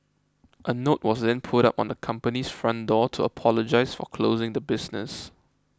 a note was then put up on the company's front door to apologise for closing the business